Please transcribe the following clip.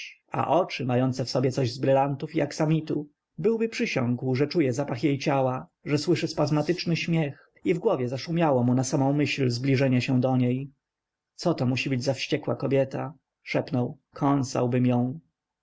a oczy mające w sobie coś z brylantów i aksamitu byłby przysiągł że czuje zapach jej ciała że słyszy spazmatyczny śmiech i w głowie zaszumiało mu na samę myśl zbliżenia się do niej coto musi być za wściekła kobieta szepnął kąsałbym ją